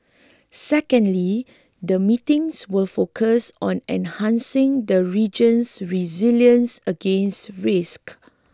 secondly the meetings will focus on enhancing the region's resilience against risk